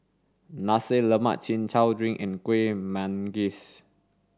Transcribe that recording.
Nasi Lemak Chin Chow Drink and Kueh Manggis